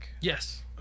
yes